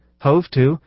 hove-to